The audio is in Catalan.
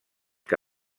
que